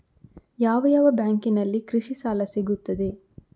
ಯಾವ ಯಾವ ಬ್ಯಾಂಕಿನಲ್ಲಿ ಕೃಷಿ ಸಾಲ ಸಿಗುತ್ತದೆ?